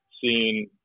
seen –